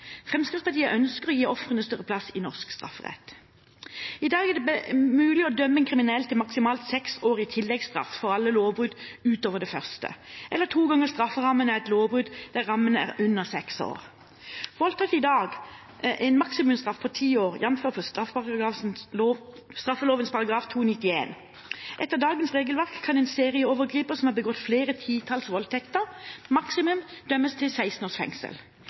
Fremskrittspartiet ønsker å gi ofrene større plass i norsk strafferett. I dag er det mulig å dømme en kriminell til maksimalt seks år i tilleggsstraff for alle lovbrudd utover det første, eller to ganger strafferammen for et lovbrudd der rammen er under seks år. Voldtekt har i dag en maksimumsstraff på ti år, jf. straffeloven § 291. Etter dagens regelverk kan en serieovergriper som har begått flere titalls voldtekter, maksimum dømmes til 16 års fengsel.